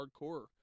hardcore